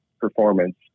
performance